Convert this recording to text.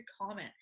comment